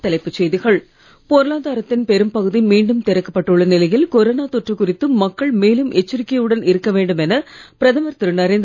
மீண்டும் தலைப்புச் செய்திகள் பொருளாதாரத்தின் பெரும் பகுதி மீண்டும் திறக்கப் பட்டுள்ள நிலையில் கொரோனா தொற்று குறித்து மக்கள் மேலும் எச்சரிக்கையுடன் இருக்க வேண்டுமென பிரதமர் திரு